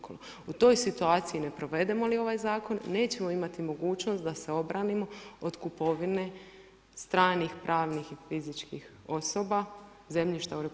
Ako u toj situaciji ne provedemo li ovaj zakon, nećemo imati mogućnost da se obranimo od kupovine, stranih pravnih i fizičkih osoba, zemljišta u RH.